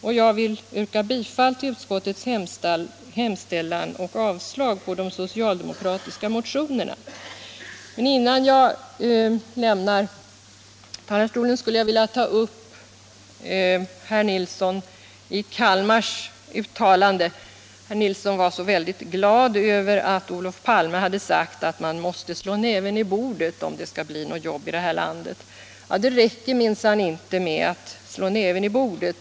Och jag vill yrka bifall till utskottets hemställan och avslag på de socialdemokratiska reservationerna. Men innan jag lämnar talarstolen skul!e jag vilja ta upp herr Nilssons i Kalmar uttalande. Herr Nilsson var så väldigt glad att Olof Palme sagt att man måste slå näven i bordet om det skall bli några jobb i det här landet. Ja, det räcker minsann inte med att slå näven i bordet.